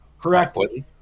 correctly